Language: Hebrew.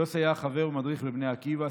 יוסי היה חבר ומדריך בבני עקיבא,